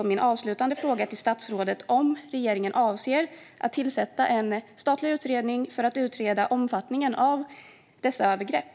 Min avslutande fråga till statsrådet blir därför: Avser regeringen att tillsätta en statlig utredning för att utreda omfattningen av dessa övergrepp?